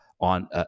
on